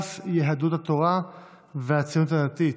ש"ס, יהדות התורה והציונות הדתית.